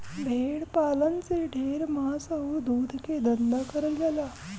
भेड़ पालन से ढेर मांस आउर दूध के धंधा करल जाला